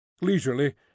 Leisurely